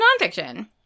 nonfiction